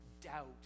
doubt